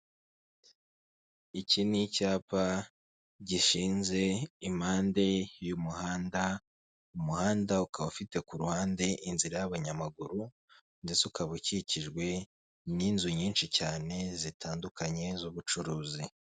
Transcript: Iki ni icyapa gishinze impande y'umuhanda, umuhanda ukaba ufite ku ruhande inzira y'abanyamaguru ndetse ukaba ukikijwe n'inzu nyinshi cyane zitandukanye z'ubucuruzi.